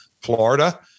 Florida